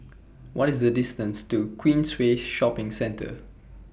What IS The distance to Queensway Shopping Centre